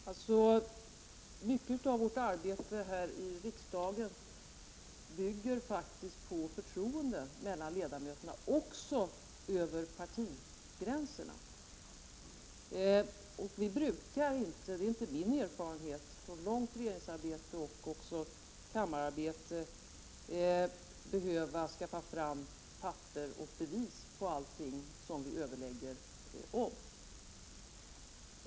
Herr talman! Mycket av vårt arbete här i riksdagen bygger på förtroende mellan ledamöterna också över partigränserna. Vi brukar inte behöva skaffa fram papper och bevis på allting vi överlägger om — det är min erfarenhet från långvarigt regeringsarbete och kammararbete.